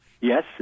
Yes